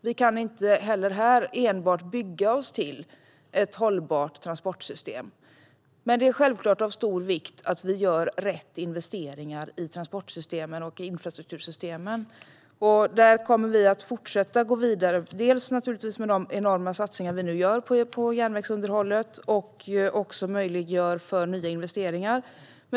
Vi kan inte heller här enbart bygga oss till ett hållbart transportsystem, men det är självklart av stor vikt att vi gör rätt investeringar i transportsystemen och i infrastruktursystemen. Där kommer vi att fortsätta att gå vidare dels genom de enorma satsningar som vi nu gör på järnvägsunderhållet, dels genom att vi möjliggör för nya investeringar.